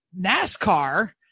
nascar